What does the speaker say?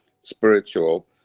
spiritual